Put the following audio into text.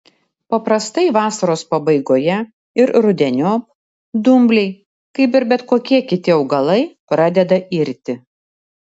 paprastai vasaros pabaigoje ir rudeniop dumbliai kaip ir bet kokie kiti augalai pradeda irti